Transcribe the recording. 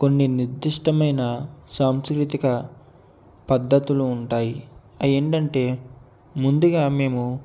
కొన్ని నిర్దిష్టమైన సాంస్కృతిక పద్ధతులు ఉంటాయి అవి ఎంటంటే ముందుగా మేము